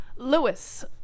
Lewis